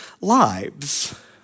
lives